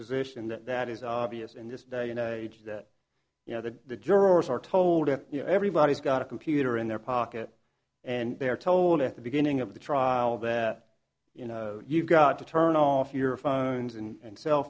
position that that is obvious in this day and age that you know that the jurors are told that you know everybody's got a computer in their pocket and they're told at the beginning of the trial that you've got to turn off your phones and